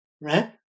right